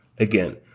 Again